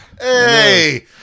Hey